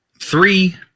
three